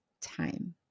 time